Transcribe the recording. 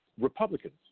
Republicans